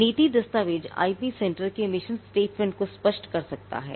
नीति दस्तावेज IP centre के मिशन स्टेटमेंट को स्पष्ट कर सकता है